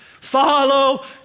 Follow